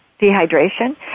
dehydration